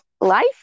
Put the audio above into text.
life